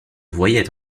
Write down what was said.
voyait